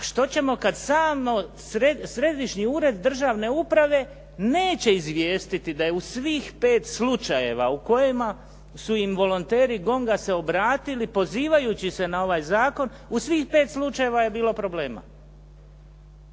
što ćemo kad sam Središnji ured državne uprave neće izvijestiti da je u svih 5 slučajeva u kojima su im volonteri GONG-a se obratili pozivajući se na ovaj zakon u svih 5 slučajeva je bilo problema.